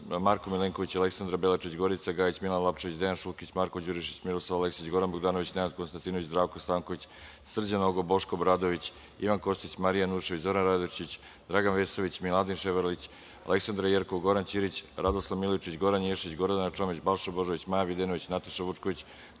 Marko Milenković, Aleksandra Belačić, Gorica Gajić, Milan Lapčević, Dejan Šulkić, Marko Đurišić, Miroslav Aleksić, Goran Bogdanović, Nenad Konstantinović, Zdravko Stanković, Srđan Nogo, Boško Obradović, Ivan Kostić, Marija Janjušević, Zoran Radojičić, Dragan Vesović, Miladin Ševarlić, Aleksandra Jerkov, Goran Ćirić, Radoslav Milojičić, Goran Ješić, Gordana Čomić, Balša Božović, Maja Videnović, Nataša Vučković,